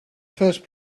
first